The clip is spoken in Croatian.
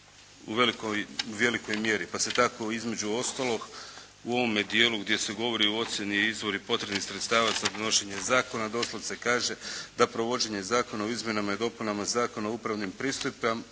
u velikoj mjeri. Pa se tako između ostalog, u ovome dijelu gdje se govori o ocjeni i izvoru potrebnih sredstava sa donošenjem zakona doslovce kaže da provođenje zakona u Izmjenama i dopunama Zakona o upravnim pristojbama